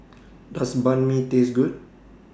Does Banh MI Taste Good